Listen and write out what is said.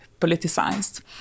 politicized